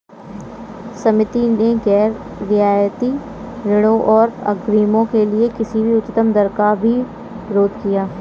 समिति ने गैर रियायती ऋणों और अग्रिमों के लिए किसी भी उच्चतम दर का भी विरोध किया